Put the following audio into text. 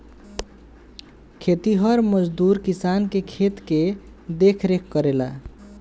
खेतिहर मजदूर किसान के खेत के देखरेख करेला